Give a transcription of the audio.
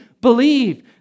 believe